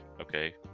okay